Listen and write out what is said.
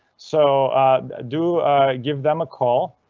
so do give them a call.